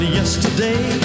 yesterday